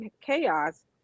chaos